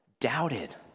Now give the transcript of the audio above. doubted